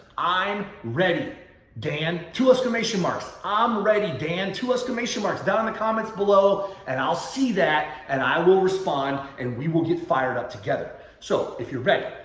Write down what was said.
i'm ready dan! two exclamation marks. i'm um ready dan! two exclamation marks, down in the comments below. and i'll see that. and i will respond. and we will get fired up together. so if you're ready,